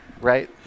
right